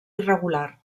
irregular